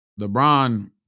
LeBron